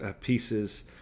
pieces